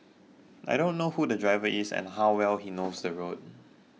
I don't know who the driver is and how well he knows the road